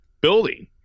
building